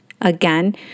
Again